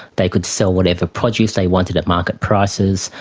they could sell whatever produce they wanted at market prices.